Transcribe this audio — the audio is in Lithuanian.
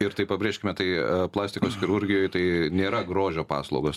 ir tai pabrėžkime tai plastikos chirurgijoj tai nėra grožio paslaugos